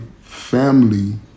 family